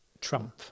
Trump